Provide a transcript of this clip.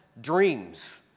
dreams